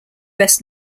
best